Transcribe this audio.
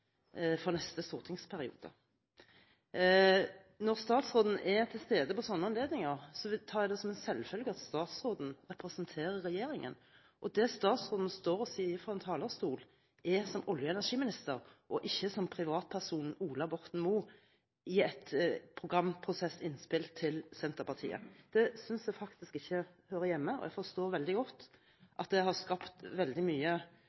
for neste stortingsperiode. Når statsråden er til stede ved slike anledninger, tar jeg det som en selvfølge at statsråden representerer regjeringen, og at det statsråden står og sier fra en talerstol, er som olje- og energiminister og ikke som privatpersonen Ola Borten Moe i et programprosessinnspill til Senterpartiet. Det synes jeg faktisk ikke hører noen steder hjemme, og jeg forstår veldig godt at det har skapt veldig mye